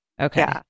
Okay